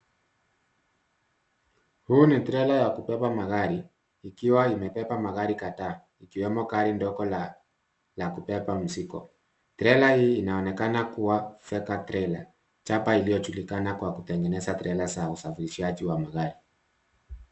Huu ni trela ya kubeba magari ikiwa imebeba magari kadhaa ikiwemo gari ndogo la kubeba mzigo. Trela hii inaonekana kuwa Feka trela chapa iliyojulikana kwa kutengeneza trela za usafirishaji wa magari.